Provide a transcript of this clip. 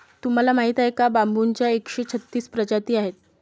तुम्हाला माहीत आहे का बांबूच्या एकशे छत्तीस प्रजाती आहेत